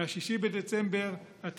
מ-6 בדצמבר אתה,